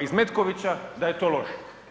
iz Metkovića da je to loše.